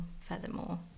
furthermore